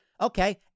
Okay